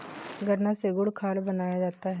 गन्ना से गुड़ खांड बनाया जाता है